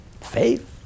faith